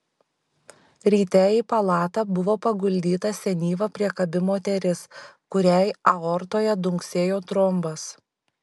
ryte į palatą buvo paguldyta senyva priekabi moteris kuriai aortoje dunksėjo trombas